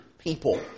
People